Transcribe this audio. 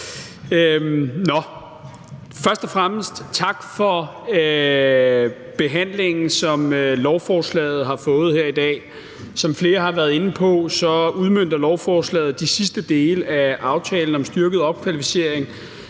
Først og fremmest tak for behandlingen, som lovforslaget har fået her i dag. Som flere har været inde på, udmønter lovforslaget de sidste dele af aftalen om styrket opkvalificering,